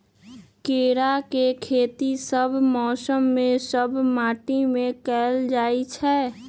केराके खेती सभ मौसम में सभ माटि में कएल जाइ छै